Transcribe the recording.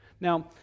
Now